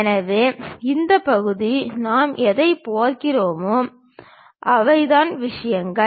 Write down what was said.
எனவே இந்த பகுதி நாம் எதைப் பார்க்கிறோமோ இவைதான் விஷயங்கள்